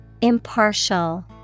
Impartial